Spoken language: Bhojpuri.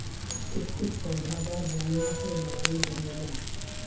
कुछ कुछ पौधा बा जावना से दवाई बनेला